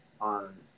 on